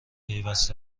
پیوست